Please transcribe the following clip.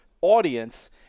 audience